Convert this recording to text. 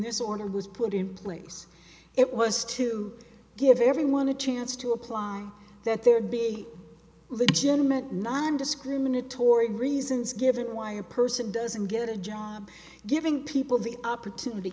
this order was put in place it was to give everyone a chance to apply that there'd be legitimate nondiscriminatory reasons given why a person doesn't get a job giving people the opportunity